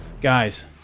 guys